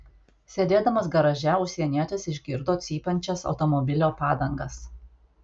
sėdėdamas garaže užsienietis išgirdo cypiančias automobilio padangas